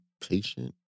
patient